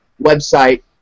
website